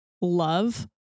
love